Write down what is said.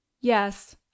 Yes